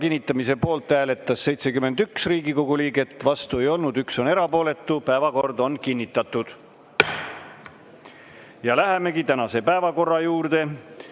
Lähemegi tänase päevakorra juurde.